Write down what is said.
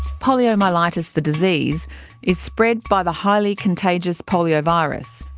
poliomyelitis the disease is spread by the highly contagious poliovirus.